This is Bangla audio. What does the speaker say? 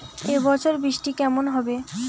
এবছর বৃষ্টি কেমন হবে?